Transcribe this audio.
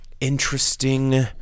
interesting